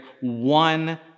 one